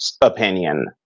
opinion